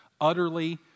utterly